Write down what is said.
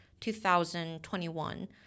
2021